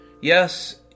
Yes